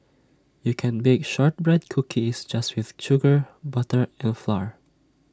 you can bake Shortbread Cookies just with sugar butter and flour